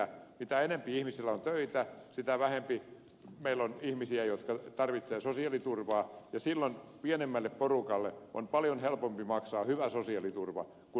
mitä enempi ihmisillä on töitä sitä vähempi meillä on ihmisiä jotka tarvitsevat sosiaaliturvaa ja silloin pienemmälle porukalle on paljon helpompi maksaa hyvä sosiaaliturva kuin puolelle kansalle